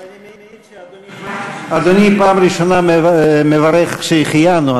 אבל אני מעיד שאדוני פעם ראשונה מברך "שהחיינו",